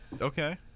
Okay